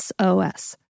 SOS